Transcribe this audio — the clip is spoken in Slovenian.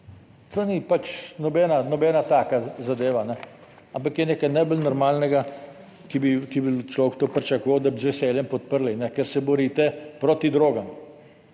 nobena, nobena taka zadeva, ampak je nekaj najbolj normalnega, ki bi človek to pričakoval, da bi z veseljem podprli, ker se borite proti drogam.